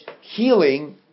healing